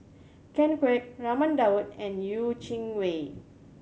Ken Kwek Raman Daud and Yeh Chi Wei